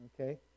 Okay